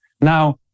Now